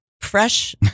fresh